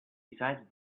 besides